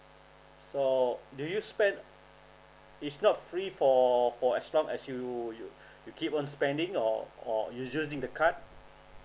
so do you spend it's not free for for as long as you you you keep on spending or or you using the card